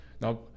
Now